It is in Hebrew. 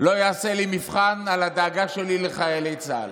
לא יעשה לי מבחן על הדאגה שלי לחיילי צה"ל.